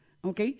¿ok